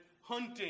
hunting